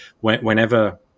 whenever